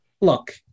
Look